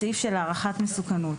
בסעיף של הערכת מסוכנות.